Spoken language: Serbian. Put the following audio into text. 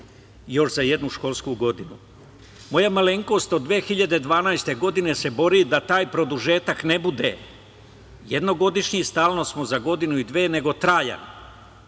još za jednu školsku godinu. Moja malenkost od 2012. godine se bori da taj produžetak ne bude jednogodišnji, stalno smo za godinu i dve, nego trajan.